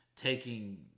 taking